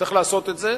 צריך לעשות את זה,